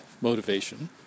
motivation